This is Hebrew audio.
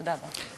תודה רבה.